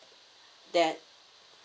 that